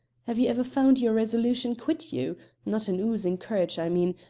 have you ever found your resolution quit you not an oozing courage, i mean,